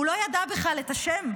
הוא לא ידע בכלל את השם,